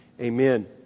Amen